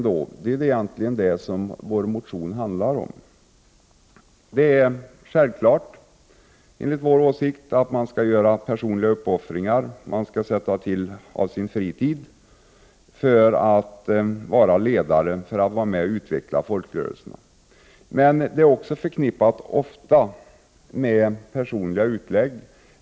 Det är självklart enligt vår åsikt att man skall göra personliga uppoffringar, man skall sätta till av sin fritid för att vara ledare och utveckla folkrörelser. Men detta är ofta förknippat med personliga utlägg.